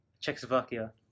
Czechoslovakia